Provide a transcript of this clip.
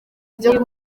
ibyo